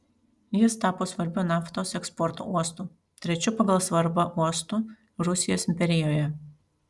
jis tapo svarbiu naftos eksporto uostu trečiu pagal svarbą uostu rusijos imperijoje